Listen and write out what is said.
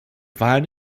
wahlen